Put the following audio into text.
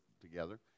together